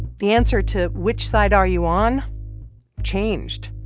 the answer to which side are you on changed.